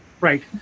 Right